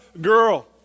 girl